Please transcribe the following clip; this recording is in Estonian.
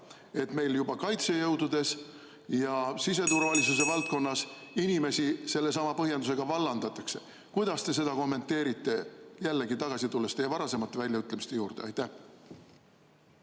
et meil juba kaitsejõududes ja siseturvalisuse valdkonnas inimesi sellesama põhjendusega vallandatakse. Kuidas te seda kommenteerite? Viitan jällegi teie varasematele väljaütlemistele. Aitäh!